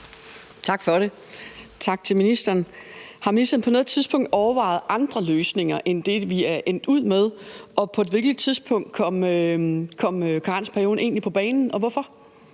Tak for det, og tak til ministeren. Har ministeren på noget tidspunkt overvejet andre løsninger end det, vi er endt ud med, og på hvilket tidspunkt kom karensperioden egentlig på banen, og hvorfor?